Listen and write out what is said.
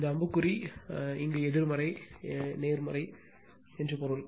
இந்த அம்பு என்றால் நேர்மறை எதிர்மறை என்று பொருள்